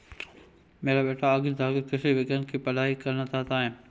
मेरा बेटा आगे जाकर कृषि विज्ञान की पढ़ाई करना चाहता हैं